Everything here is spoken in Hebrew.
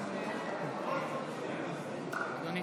רבותיי,